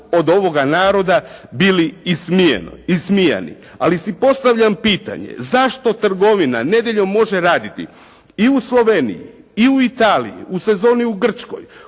od ovoga naroda bili ismijani. Ali si postavljam pitanje, zašto trgovina nedjeljom može raditi i u Sloveniji i u Italiji, u sezoni u Grčkoj,